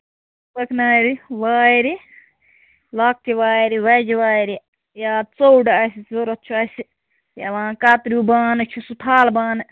تُمبکھ نارِ وارِ لۄکچہِ وارِ بَجہِ وارِ یا ژوٚڈ آسہِ ضروٗرت چھُ اَسہِ یِوان کَتریو بانہٕ چھُ سُہ تھالہٕ بانہٕ